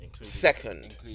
second